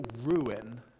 ruin